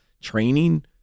training